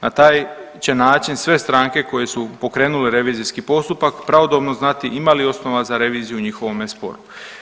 Na taj će način sve stranke koje su pokrenule revizijski postupak pravodobno znati ima li osnova za reviziju u njihovome sporu.